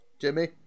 Jimmy